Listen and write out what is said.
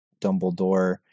Dumbledore